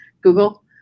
Google